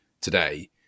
today